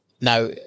Now